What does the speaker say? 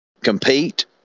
compete